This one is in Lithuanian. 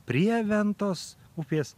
prie ventos upės